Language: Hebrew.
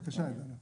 בבקשה, דנה.